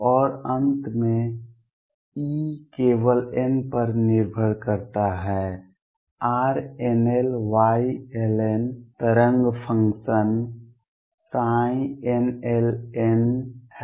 और अंत में E केवल n पर निर्भर करता है RnlYln तरंग फंक्शन nln है